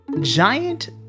giant